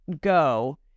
go